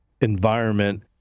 environment